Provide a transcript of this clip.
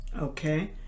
Okay